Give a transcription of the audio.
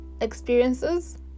experiences